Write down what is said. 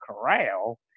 corral